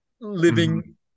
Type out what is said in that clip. living